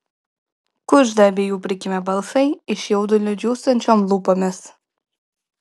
kužda abiejų prikimę balsai iš jaudulio džiūstančiom lūpomis